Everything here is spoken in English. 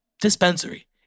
dispensary